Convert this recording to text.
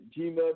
gmail